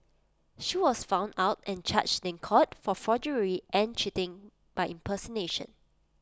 she was found out and charged in court for forgery and cheating by impersonation